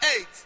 eight